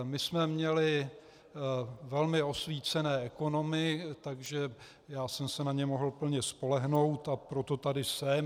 My jsme měli velmi osvícené ekonomy, takže jsem se na ně mohl plně spolehnout, a proto tady jsem.